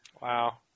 Wow